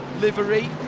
livery